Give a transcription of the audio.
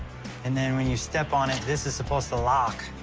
and then when you step on it, this is supposed to lock